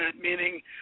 meaning